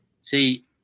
See